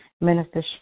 Minister